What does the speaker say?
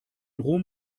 ruhm